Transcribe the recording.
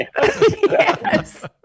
Yes